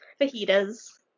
Fajitas